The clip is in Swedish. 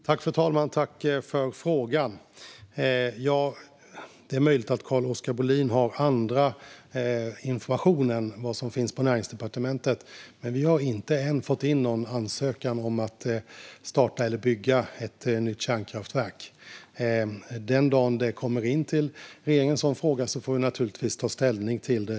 Fru talman! Jag tackar Carl-Oskar Bohlin för frågan. Det är möjligt att Carl-Oskar Bohlin har annan information än vad som finns på Näringsdepartementet, men vi har ännu inte fått in någon ansökan om att starta eller bygga ett nytt kärnkraftverk. Den dag en sådan fråga kommer in till regeringen får vi naturligtvis ta ställning till den.